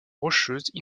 rocheuse